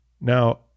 Now